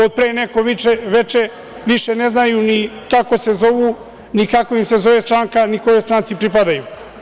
Od pre neko veče više ne znaju ni kako se zovu, ni kako im se zove stranka, ni kojoj stranci pripadaju.